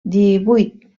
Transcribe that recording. divuit